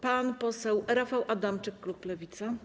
Pan poseł Rafał Adamczyk, klub Lewica.